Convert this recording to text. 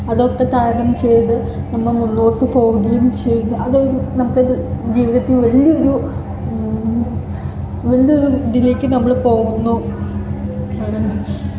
അതൊക്കെ തരണം ചെയ്ത് പിന്നെ നമ്മൾ മുന്നോട്ട് പോകുകയും ചെയ്ത് അങ്ങനൊരു നമുക്കൊരു ജീവിതത്തിൽ വലിയൊരു വലിയൊരു ഇതിലേക്ക് നമ്മള് പോകുന്നു